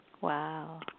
Wow